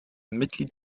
mitglied